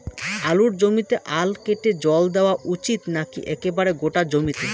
আলুর জমিতে আল কেটে জল দেওয়া উচিৎ নাকি একেবারে গোটা জমিতে?